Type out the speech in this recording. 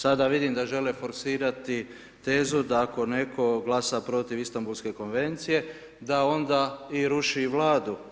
Sada vidim da žele forsirati tezu da ako neko glasa protiv Istanbulske konvencije da onda i ruši i Vladu.